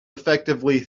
effectively